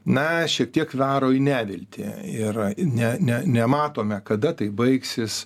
na šiek tiek varo į neviltį ir ne ne nematome kada tai baigsis